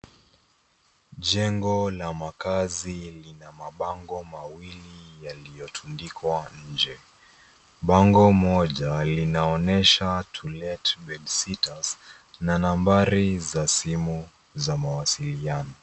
Jengo la makaazi lina mabango mawili yaliyotundikwa nje, bango moja linaonyesha To Let Bedsitters na nambari za simu za mawasiliano.